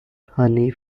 honey